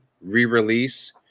re-release